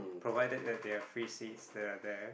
provided that they have free seats that are there